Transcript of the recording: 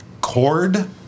cord